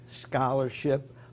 scholarship